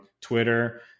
Twitter